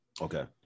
Okay